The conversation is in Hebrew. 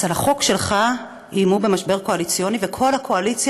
אז על החוק שלך איימו במשבר קואליציוני וכל הקואליציה